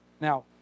Now